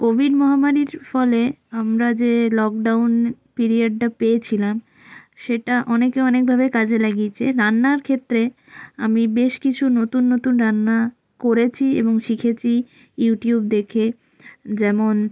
Covid মহামারীর ফলে আমরা যে লকডাউন পিরিয়েডটা পেয়েছিলাম সেটা অনেকে অনেকভাবে কাজে লাগিয়েছে রান্নার ক্ষেত্রে আমি বেশ কিছু নতুন নতুন রান্না করেছি এবং শিখেছি ইউটিউব দেখে যেমন